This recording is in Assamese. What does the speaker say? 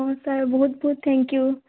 অঁ ছাৰ বহুত বহুত থেংক ইউ